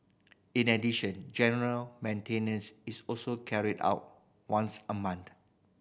in the addition general maintenance is also carried out once a month